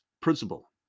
principle